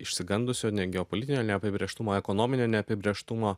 išsigandusių geopolitinio neapibrėžtumo ekonominio neapibrėžtumo